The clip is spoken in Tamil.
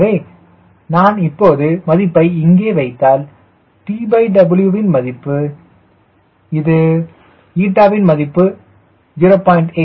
எனவே நான் இப்போது மதிப்பை இங்கே வைத்தால் TW வின் மதிப்பு இது η வின் மதிப்பு 0